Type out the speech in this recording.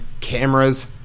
cameras